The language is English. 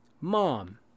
Mom